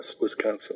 Wisconsin